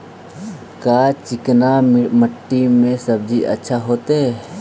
का चिकना मट्टी में सब्जी अच्छा होतै?